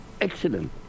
excellent